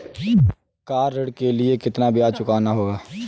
Car ऋण के लिए कितना ब्याज चुकाना होगा?